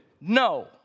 No